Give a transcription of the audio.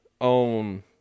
own